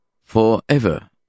forever